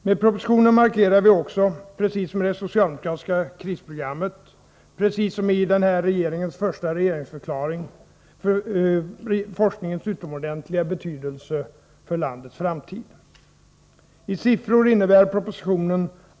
Med propositionen markerar vi också — precis som i det socialdemokratiska krisprogrammet, precis som i den här regeringens första regeringsförklaring — forskningens utomordentliga betydelse för landets framtid.